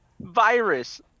Virus